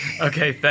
Okay